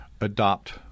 adopt